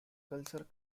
culture